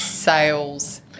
sales